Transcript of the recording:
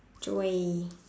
joy